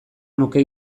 nuke